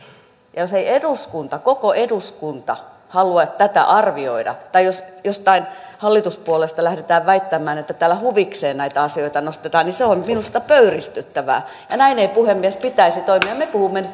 ja jos koko eduskunta ei halua tätä arvioida tai jos jostain hallituspuolueesta lähdetään väittämään että täällä huvikseen näitä asioita nostetaan niin se on minusta pöyristyttävää ja näin ei puhemies pitäisi toimia me me puhumme nyt